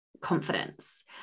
confidence